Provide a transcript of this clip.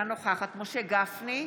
אינה נוכחת משה גפני,